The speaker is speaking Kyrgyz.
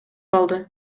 алды